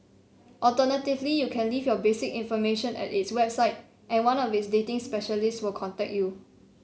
alternatively you can leave your basic information at its website and one of its dating specialists will contact you